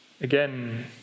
Again